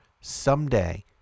someday